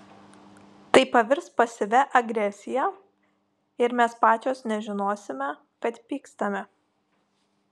tai pavirs pasyvia agresija ir mes pačios nežinosime kad pykstame